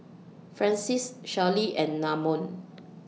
Francies Shelli and Namon